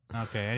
Okay